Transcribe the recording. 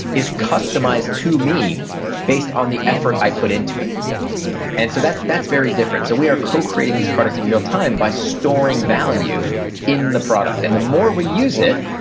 is customized to me based on the effort i put into it and so that's that's very different. so we are co-creating these products in real time by storing value in the product, and the more we use it,